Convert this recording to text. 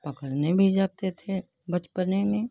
पकड़ने भी जाते थे बचपने में